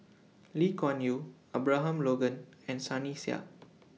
Lee Kuan Yew Abraham Logan and Sunny Sia